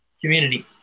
community